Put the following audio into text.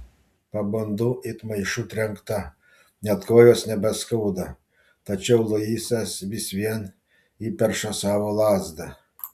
pabundu it maišu trenkta net kojos nebeskauda tačiau luisas vis vien įperša savo lazdą